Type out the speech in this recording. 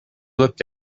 looked